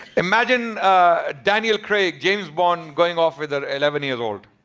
imagine daniel craig, james bond, going off with an eleven years old.